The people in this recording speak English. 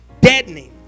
deadening